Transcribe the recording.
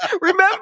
Remember